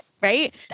Right